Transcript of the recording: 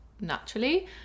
naturally